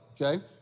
okay